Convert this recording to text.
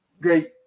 Great